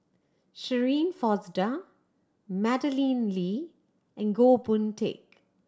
Shirin Fozdar Madeleine Lee and Goh Boon Teck